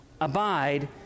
Abide